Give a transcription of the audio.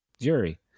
jury